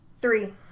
Three